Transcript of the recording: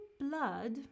blood